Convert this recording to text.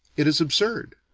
it is absurd.